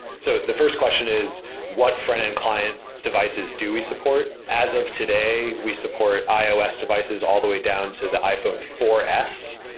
so the first question is what frontend client devices do we support? as of today, we support ios devices all the way down to the iphone four s,